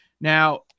Now